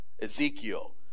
Ezekiel